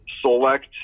select